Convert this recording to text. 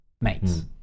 mates